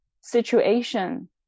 situation